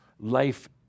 Life